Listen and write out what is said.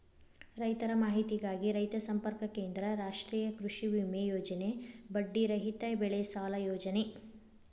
ರೈತರ ಮಾಹಿತಿಗಾಗಿ ರೈತ ಸಂಪರ್ಕ ಕೇಂದ್ರ, ರಾಷ್ಟ್ರೇಯ ಕೃಷಿವಿಮೆ ಯೋಜನೆ, ಬಡ್ಡಿ ರಹಿತ ಬೆಳೆಸಾಲ ಯೋಜನೆ